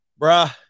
bruh